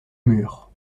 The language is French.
murs